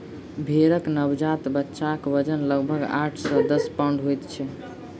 भेंड़क नवजात बच्चाक वजन लगभग आठ सॅ दस पाउण्ड होइत छै